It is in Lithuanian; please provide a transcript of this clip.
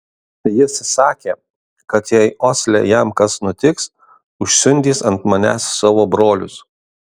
jis sakė kad jei osle jam kas nutiks užsiundys ant manęs savo brolius